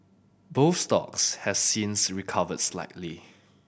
both stocks have since recovered slightly